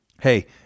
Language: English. Hey